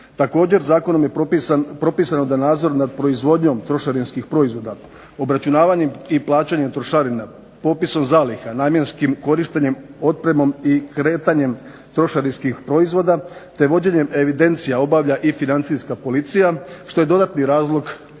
Također zakonom je propisano da nadzor nad proizvodnjom trošarinskih proizvoda obračunavanjem i plaćanjem trošarina, popisom zaliha, namjenskim korištenjem, otpremom i kretanjem trošarinskih proizvoda, te vođenjem evidencija obavlja i Financijska policija što je dodatni razlog potrebe